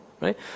right